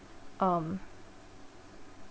um